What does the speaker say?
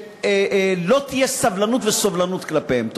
שלא תהיה סבלנות וסובלנות כלפיהם.